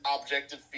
objective